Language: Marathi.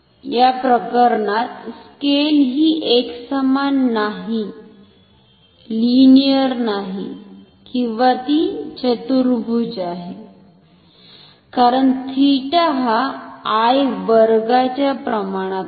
या प्रकरणात स्केल ही एकसमान नाही लिनीअर नाही किंवा ती चतुर्भुज आहे कारण थीटा हा I वर्गाच्या प्रमाणात आहे